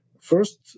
First